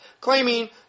claiming